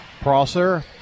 Prosser